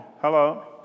Hello